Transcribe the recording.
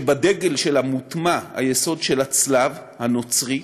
שבדגל שלה מוטמע היסוד של הצלב הנוצרי,